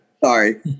sorry